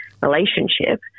relationship